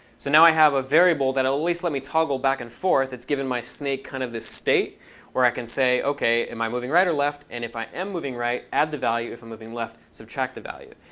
so now i have a variable that it'll at least let me toggle back and forth. it's given my snake kind of this state where i can say, ok, am i moving right or left? and if i am moving right, add the value. if i'm moving left, subtract the value.